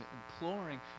imploring